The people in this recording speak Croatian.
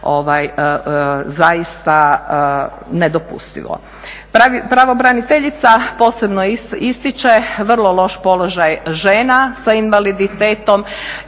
zaista nedopustivo. Pravobraniteljica posebno ističe vrlo loš položaj žena sa invaliditetom.